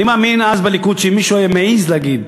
אני מאמין שבליכוד אז, אם מישהו היה מעז להגיד